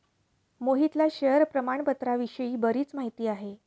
मोहितला शेअर प्रामाणपत्राविषयी बरीच माहिती आहे